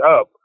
up